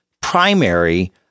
primary